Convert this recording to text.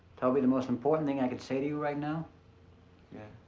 toby, the most important thing i could say to you right now yeah?